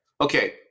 Okay